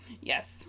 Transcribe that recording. yes